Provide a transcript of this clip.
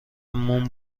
موم